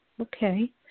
Okay